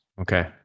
Okay